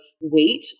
weight